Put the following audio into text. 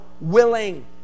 willing